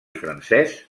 francès